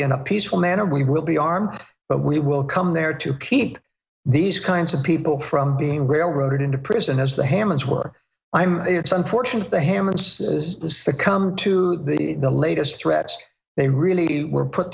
in a peaceful manner we will be armed but we will come there to keep these kinds of people from being railroaded into prison as the hammonds were i'm it's unfortunate the hammonds to come to the latest threats they really were put